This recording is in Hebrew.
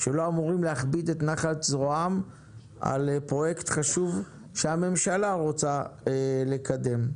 שלא אמורים להכביד את נחת זרועם על פרויקט חשוב שהממשלה רוצה לקדם.